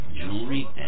jewelry